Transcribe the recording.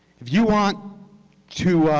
if you want to